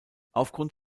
aufgrund